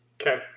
Okay